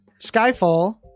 Skyfall